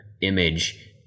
image